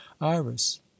Iris